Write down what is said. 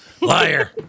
Liar